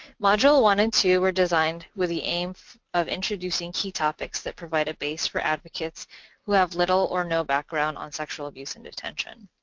module one and two were designed with the aim of introducing introducing key topics that provide a base for advocates who have little or no background on sexual abuse in detention.